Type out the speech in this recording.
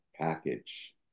package